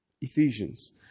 Ephesians